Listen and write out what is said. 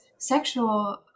sexual